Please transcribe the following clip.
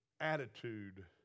attitude